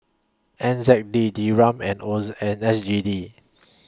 N Z D Dirham and was and S G D